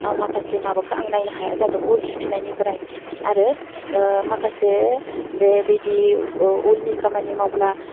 आं माखासे माबाखो आं नायनो हाया जादों उल सुथेनायनिफ्राय आरो माखासे बे बिदि उलनि खामानि मावब्ला